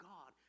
God